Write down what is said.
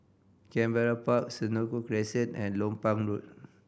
Canberra Park Senoko Crescent and Lompang Road